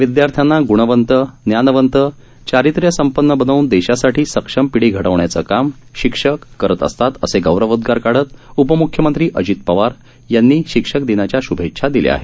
विद्यार्थ्यांना ग्णवंत ज्ञानवंत चारित्र्यसंपन्न बनवून देशासाठी सक्षम पिढी घडविण्याचे काम शिक्षक करत असतात असे गौरवोद्गार काढत उपमूख्यमंत्री अजित पवार यांनी शिक्षक दिनाच्या शुभेच्छा दिल्या आहेत